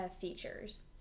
features